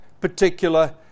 particular